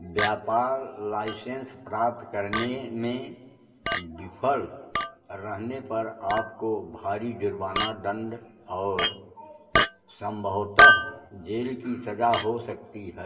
व्यापार लाइसेन्स प्राप्त करने में विफ़ल रहने पर आपको भारी जुर्माना दंड और संभवतः जेल की सज़ा हो सकती है